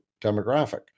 demographic